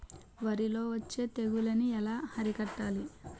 వరిలో వచ్చే తెగులని ఏలా అరికట్టాలి?